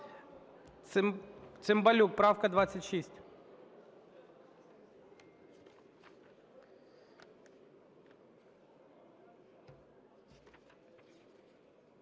Цимбалюк, правка 26.